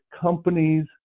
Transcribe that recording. companies